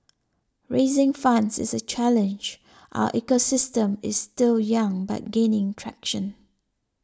raising funds is a challenge our ecosystem is still young but gaining traction